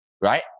right